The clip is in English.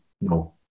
No